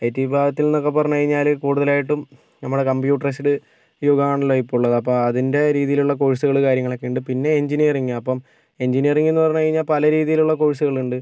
I T വിഭാഗത്തിൽ നിന്നൊക്കെ പറഞ്ഞ് കഴിഞ്ഞാല് കൂടുതലായിട്ടും നമ്മുടെ കമ്പ്യൂട്ടറൈസ്ഡ് യുഗമാണല്ലോ ഇപ്പോൾ ഉള്ളത് അപ്പം അതിൻ്റെ രീതിയിലുള്ള കോഴ്സുകള് കാര്യങ്ങളൊക്കെ ഉണ്ട് പിന്നെ എഞ്ചിനീയറിംഗ് അപ്പം എഞ്ചിനീയറിംഗ് എന്ന് പറഞ്ഞ് കഴിഞ്ഞാൽ പലരീതിയിലുള്ള കോഴ്സുകളുണ്ട്